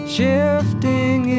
Shifting